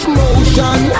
motion